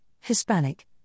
Hispanic